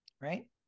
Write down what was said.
right